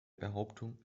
behauptung